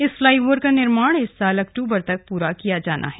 इस flyover का निर्माण इस साल अक्टूबर तक पूरा किया जाना है